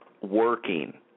working